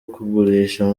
kugurisha